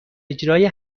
اجرای